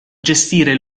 gestire